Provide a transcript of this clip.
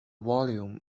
volume